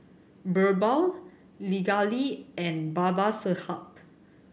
Birbal Pingali and Babasaheb